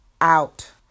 out